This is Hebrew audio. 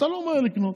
אתה לא ממהר לקנות.